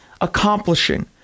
accomplishing